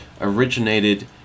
originated